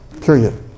Period